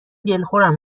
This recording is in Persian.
دلخورم